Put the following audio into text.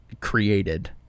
created